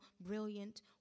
brilliant